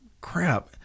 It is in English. crap